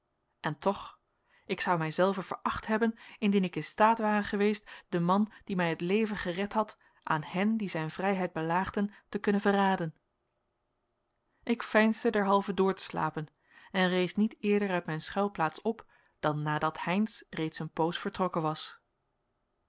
en toch ik zou mij zelven veracht hebben indien ik in staat ware geweest den man die mij het leven gered had aan hen die zijn vrijheid belaagden te kunnen verraden ik veinsde derhalve door te slapen en rees niet eerder uit mijn schuilplaats op dan nadat heynsz reeds een poos vertrokken was